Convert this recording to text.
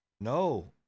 No